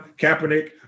Kaepernick